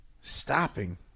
stopping